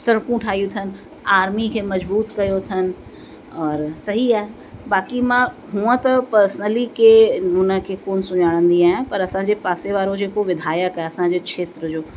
सड़कूं ठाहियूं अथनि आर्मी खे मज़बूतु कयो अथनि और सही आहे बाक़ी मां हूंअं त पर्सनली की हुन खे कोन सुञाणंदी आहियां पर असांजे पासे वारे जेको विधायक आहे असांजे खेत्र जो